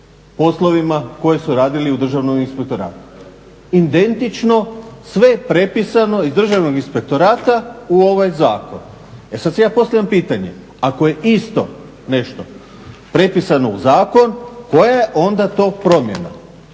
poslovima koje su radili u Državnom inspektoratu. Identično sve je prepisano iz Državnog inspektorata u ovaj zakon. E sad si ja postavljam pitanje, ako je isto nešto prepisano u zakon koja je onda to promjena?